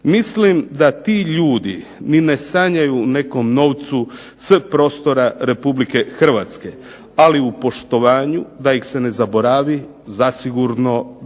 Mislim da ti ljudi ni ne sanjaju o nekom novcu s prostora Republike Hrvatske, ali u poštovanju da ih se ne zaboravi zasigurno da.